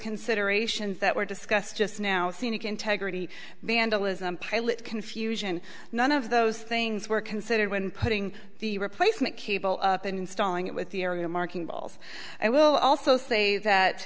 considerations that were discussed just now scenic integrity vandalism pilot confusion none of those things were considered when putting the replacement cable and installing it with the aerial marking rolls it will also say